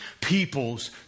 peoples